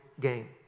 game